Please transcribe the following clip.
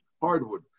hardwood